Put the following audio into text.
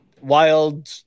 wild